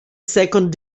second